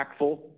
impactful